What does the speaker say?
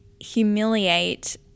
humiliate